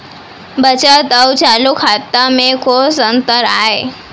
बचत अऊ चालू खाता में कोस अंतर आय?